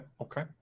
Okay